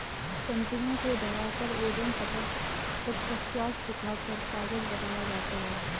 तन्तुओं को दबाकर एवं तत्पश्चात सुखाकर कागज बनाया जाता है